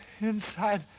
inside